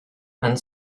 and